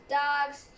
dogs